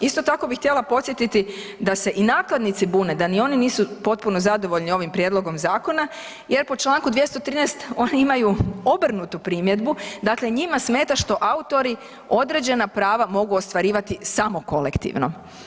Isto tako bih htjela podsjetiti da se i nakladnici bune da ni oni nisu potpuno zadovoljni ovim prijedlogom zakona jer po čl. 213. oni imaju obrnutu primjedbu, dakle njima smeta što autori određena prava mogu ostvarivati samo kolektivno.